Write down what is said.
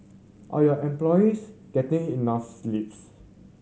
are your employees getting enough sleeps